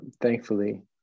thankfully